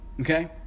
Okay